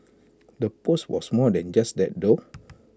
the post was more than just that though